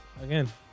again